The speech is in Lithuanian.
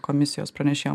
komisijos pranešėjo